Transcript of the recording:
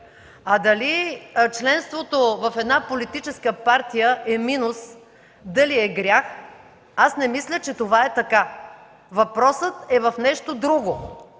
А дали членството в една политическа партия е минус, дали е грях, аз не мисля, че това е така. Въпросът е в нещо друго